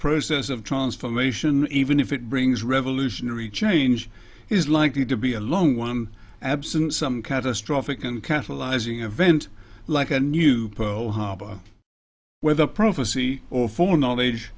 process of transformation even if it brings revolutionary change is likely to be a long one absent some catastrophic and catalyzing event like a new pearl harbor where the prophecy or for knowledge